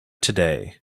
today